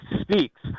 speaks